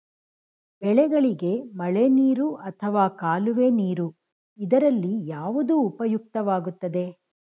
ಬೆಳೆಗಳಿಗೆ ಮಳೆನೀರು ಅಥವಾ ಕಾಲುವೆ ನೀರು ಇದರಲ್ಲಿ ಯಾವುದು ಉಪಯುಕ್ತವಾಗುತ್ತದೆ?